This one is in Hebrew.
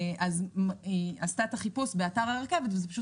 היא עשתה את החיפוש באתר הרכבת והוא פשוט